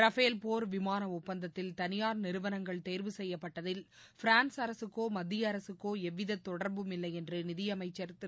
Rafale போர் விமான ஒப்பந்தத்தில் தனியார் நிறுவனங்களை தேர்வு செய்யப்பட்டதில் பிரான்ஸ் அரசுக்கோ மத்திய அரசுக்கோ எவ்விதத் தொடர்புமில்லை என்று நிதியமைச்ச் திரு